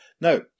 Now